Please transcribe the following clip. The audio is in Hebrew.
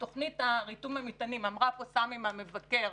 תוכנית ריתום המטענים אמרה פה סמי מהמבקר